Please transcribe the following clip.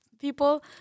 People